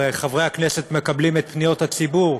הרי חברי הכנסת מקבלים את פניות הציבור,